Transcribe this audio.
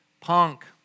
punk